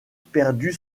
perdu